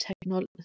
technology